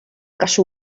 kasu